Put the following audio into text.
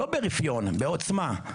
לא ברפיון, בעוצמה.